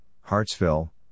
Hartsville